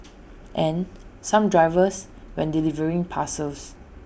and some drivers when delivering parcels